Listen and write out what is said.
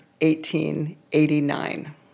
1889